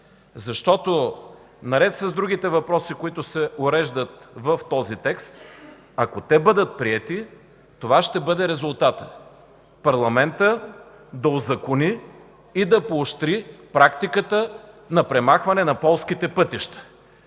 защото наред с другите въпроси, които се уреждат в този текст, ако те бъдат приети, това ще бъде резултатът – парламентът да узакони и да поощри практиката на премахване на полските пътища,